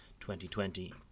2020